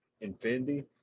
Infinity